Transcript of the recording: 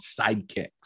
Sidekicks